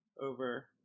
over